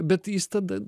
bet jis tada